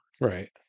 Right